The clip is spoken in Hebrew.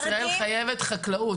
מדינת ישראל חייבת חקלאות.